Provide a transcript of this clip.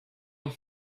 girl